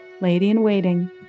lady-in-waiting